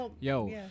Yo